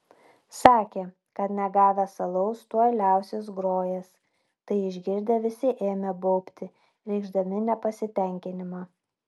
sakė kad negavęs alaus tuoj liausis grojęs tai išgirdę visi ėmė baubti reikšdami nepasitenkinimą